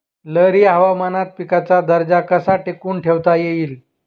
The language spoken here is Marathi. लहरी हवामानात पिकाचा दर्जा कसा टिकवून ठेवता येईल?